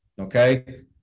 Okay